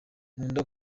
nkunda